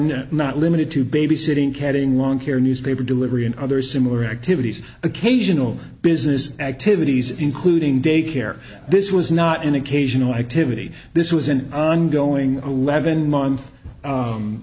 now not limited to babysitting catting long care newspaper delivery and other similar activities occasional business activities including daycare this was not an occasional activity this was an ongoing levon month